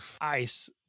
Ice